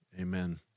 Amen